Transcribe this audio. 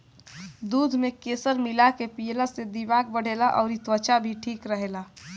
दूध में केसर मिला के पियला से दिमाग बढ़ेला अउरी त्वचा भी ठीक रहेला